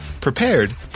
prepared